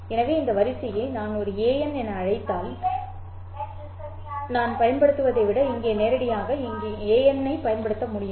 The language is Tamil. எனவே இந்த வரிசையை நான் ஒரு an என அழைத்தால் நான் பயன்படுத்துவதை விட இங்கே நேரடியாக இங்கே an பயன்படுத்த முடியாது